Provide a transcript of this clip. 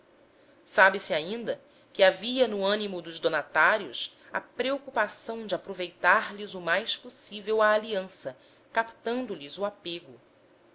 sabe-se ainda que havia no ânimo dos donatários a preocupação de aproveitar lhes o mais possível a aliança captando lhes o apego